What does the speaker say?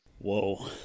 whoa